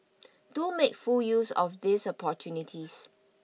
do make full use of these opportunities